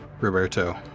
Roberto